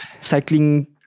cycling